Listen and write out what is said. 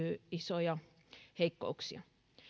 isoja heikkouksia